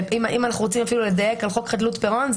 אם אנחנו רוצים לדייק על חוק חדלות פירעון,